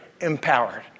empowered